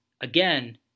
again